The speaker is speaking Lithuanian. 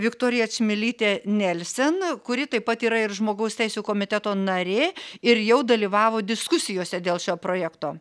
viktorija čmilytė nelsen kuri taip pat yra ir žmogaus teisių komiteto narė ir jau dalyvavo diskusijose dėl šio projekto